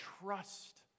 trust